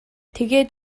тэгээд